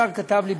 השר כתב לי,